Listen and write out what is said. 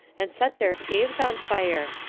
and set their caves on fire,